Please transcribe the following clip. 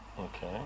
Okay